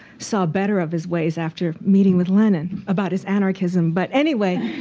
saw better of his ways after meeting with lenin about his anarchism. but anyway,